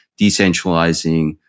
decentralizing